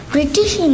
British